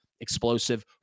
explosive